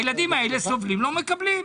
הילדים האלה סובלים ולא מקבלים.